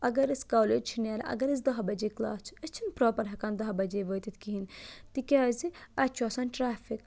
اَگر أسۍ کالیج چھِ نیران اَگر أسۍ دَہ بَجے کلاس چھِ أسۍ چھِنہٕ پرٛاپَر ہٮ۪کان دَہ بَجے وٲتِتھ کِہیٖنۍ تِکیٛازِ اَتہِ چھُ آسان ٹرٛٮ۪فِک